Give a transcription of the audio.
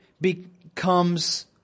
becomes